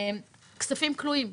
כספים כלואים.